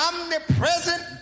omnipresent